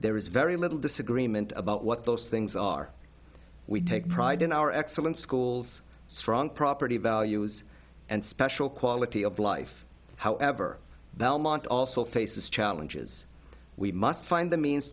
there is very little disagreement about what those things are we take pride in our excellent schools strong property values and special quality of life however belmont also faces challenges we must find the means